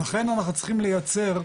ולכן אנחנו צריכים לייצר,